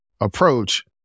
approach